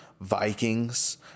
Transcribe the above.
Vikings